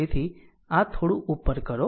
તેથી જો આ થોડું ઉપર કરો